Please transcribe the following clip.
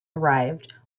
arrived